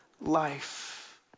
life